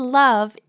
love